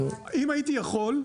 אם הייתי יכול,